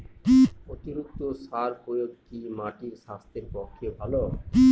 অতিরিক্ত সার প্রয়োগ কি মাটির স্বাস্থ্যের পক্ষে ভালো?